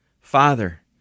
Father